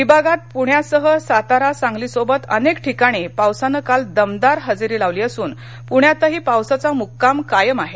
विभागात पुण्यासह सातारा सांगलीसोबत अनेक ठिकाणी पावसाने दमदार हजेरी लावली असून पूण्यात ही पावसाचा मुक्काम कायम आहे